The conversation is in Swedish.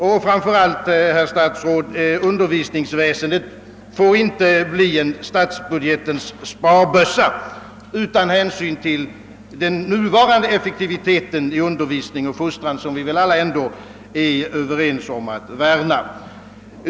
Och framför allt, herr statsråd, får undervisningsväsendet inte bli en statsbudgetens sparbössa utan att hänsyn tas till den nuvarande effektiviteten i undervisning och fostran, som vi väl alla är överens om att värna.